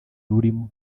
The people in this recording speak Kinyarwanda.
rurimo